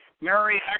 Mary